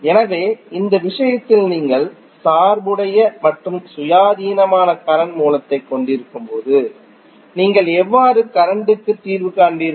எனவே இந்த விஷயத்தில் நீங்கள் சார்புடைய மற்றும் சுயாதீனமான கரண்ட் மூலத்தைக் கொண்டிருக்கும் போது நீங்கள் எவ்வாறு கரண்ட் க்கு தீர்வு காண்பீர்கள்